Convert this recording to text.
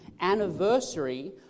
anniversary